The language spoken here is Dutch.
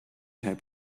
heb